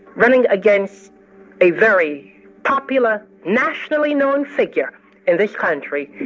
running against a very popular, nationally known figure in this country,